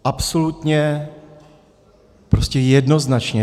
Absolutně prostě jednoznačně.